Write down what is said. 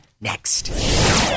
Next